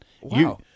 Wow